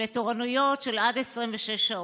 בתורנויות של עד 26 שעות.